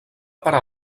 parar